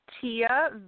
Tia